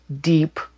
deep